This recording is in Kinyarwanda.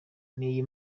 niyi